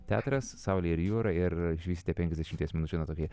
teatras saulė ir jūra ir išvysite penkiasdešimties minučių na tokį